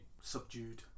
subdued